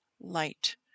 light